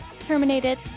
Terminated